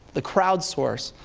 the crowd source,